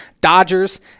Dodgers